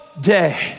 Day